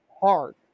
hard